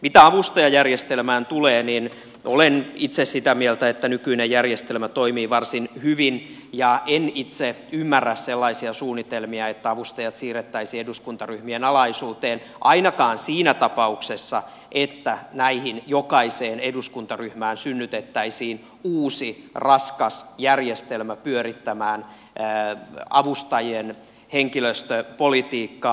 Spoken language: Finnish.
mitä avustajajärjestelmään tulee niin olen itse sitä mieltä että nykyinen järjestelmä toimii varsin hyvin ja en itse ymmärrä sellaisia suunnitelmia että avustajat siirrettäisiin eduskuntaryhmien alaisuuteen ainakaan siinä tapauksessa että näihin jokaiseen eduskuntaryhmään synnytettäisiin uusi raskas järjestelmä pyörittämään avustajien henkilöstöpolitiikkaa